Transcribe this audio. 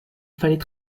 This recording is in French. fallait